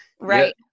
Right